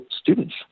students